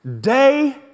Day